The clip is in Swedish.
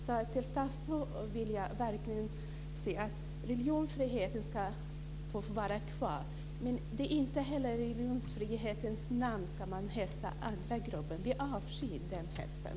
Till Tasso vill jag verkligen säga: Religionsfriheten ska få vara kvar, men inte heller i religionsfrihetens namn ska man hetsa mot andra grupper. Vi avskyr den hetsen.